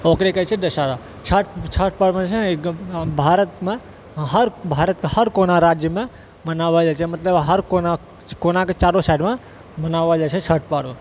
ओकरे कहै छै दशहारा छठ छठ पर्वमे जे छै ने भारतमे भारत हर हर कोना राज्यमे मनाओल जाइत छै मतलब हर कोना कोना कऽ चारू साइडमे मनाओल जाइत छै छठि पर्व